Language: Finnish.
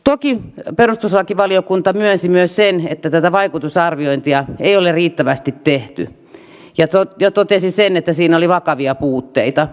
toki perustuslakivaliokunta myönsi myös sen että tätä vaikutusarviointia ei ole riittävästi tehty ja totesi sen että siinä oli vakavia puutteita